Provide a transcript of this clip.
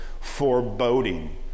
foreboding